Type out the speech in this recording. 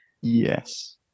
Yes